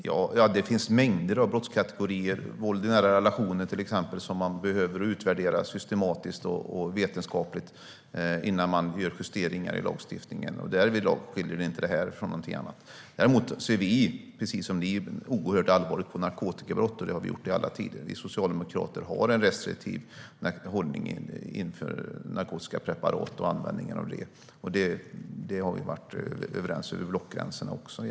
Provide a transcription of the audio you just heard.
Herr talman! Det finns mängder av brottskategorier, våld i nära relationer till exempel, som man behöver utvärdera systematiskt och vetenskapligt innan man justerar lagstiftningen. Därvidlag skiljer sig inte det här från någonting annat. Däremot ser vi precis som ni, Anti Avsan, oerhört allvarligt på narkotikabrott. Det har vi gjort i alla tider. Vi socialdemokrater har en restriktiv hållning i fråga om narkotiska preparat och användningen av dem. Det har vi varit överens om över blockgränsen också.